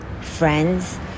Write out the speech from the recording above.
friends